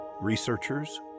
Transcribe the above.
researchers